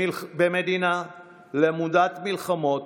במדינה למודת מלחמות,